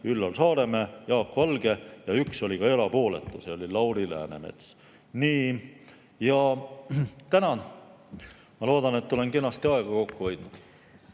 Üllar Saaremäe ja Jaak Valge. Üks oli ka erapooletu, see oli Lauri Läänemets. Tänan! Ma loodan, et olen kenasti aega kokku hoidnud.